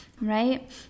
right